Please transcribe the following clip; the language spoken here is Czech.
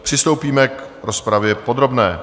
Přistoupíme k rozpravě podrobné.